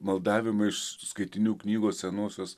maldavimai iš skaitinių knygos senosios